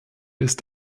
ist